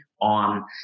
on